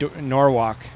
Norwalk